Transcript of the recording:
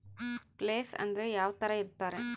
Place ಅಂದ್ರೆ ಯಾವ್ತರ ಇರ್ತಾರೆ?